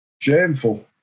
shameful